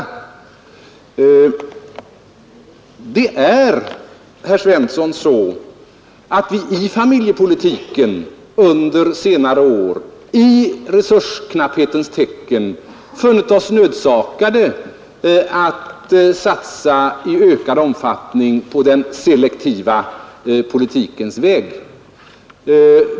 Under senare år har vi, herr Svensson, i resursknapphetens tecken funnit oss nödsakade att i familjepolitiken i ökad omfattning satsa på selektiva åtgärder.